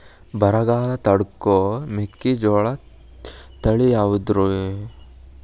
ಬರಗಾಲ ತಡಕೋ ಮೆಕ್ಕಿಜೋಳ ತಳಿಯಾವುದ್ರೇ?